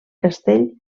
castell